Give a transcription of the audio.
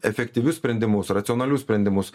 efektyvius sprendimus racionalius sprendimus